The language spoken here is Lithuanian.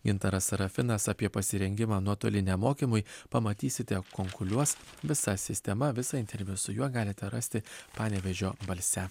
gintaras sarafinas apie pasirengimą nuotoliniam mokymui pamatysite kunkuliuos visa sistema visą interviu su juo galite rasti panevėžio balse